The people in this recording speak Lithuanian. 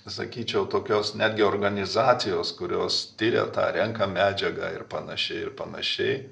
sakyčiau tokios netgi organizacijos kurios tiria tą renka medžiagą ir panašiai ir panašiai